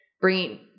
bringing